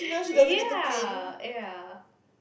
ya ya